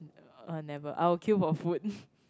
uh never I'll queue for food